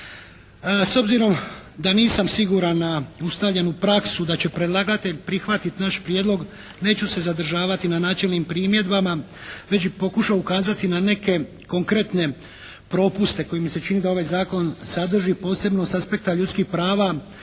S obzirom da nisam siguran na ustaljeni praksu da će predlagatelj prihvatiti naš prijedlog neću se zadržavati na načelnim primjedbama, već bih pokušao ukazati na neke konkretne propuste koji mi se čini da ovaj zakon sadrži, posebno sa aspekta ljudskih prava